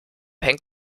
hängt